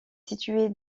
située